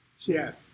yes